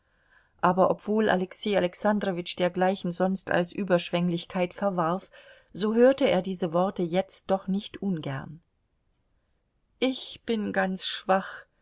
aber obwohl alexei alexandrowitsch dergleichen sonst als überschwenglichkeit verwarf so hörte er diese worte jetzt doch nicht ungern ich bin ganz schwach